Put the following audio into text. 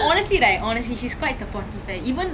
oh ya ya I learn korean leh